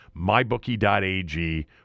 Mybookie.ag